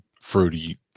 fruity